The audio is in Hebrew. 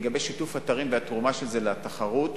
לעניין שיתוף אתרים והתרומה של זה לתחרות,